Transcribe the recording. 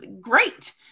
great